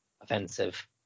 offensive